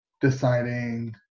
deciding